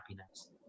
happiness